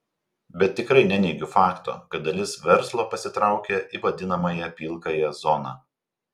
bet tikrai neneigiu fakto kad dalis verslo pasitraukė į vadinamąją pilkąją zoną